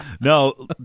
No